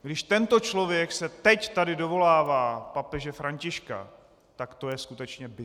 Když tento člověk se teď tady dovolává papeže Františka, tak to je skutečně bizard.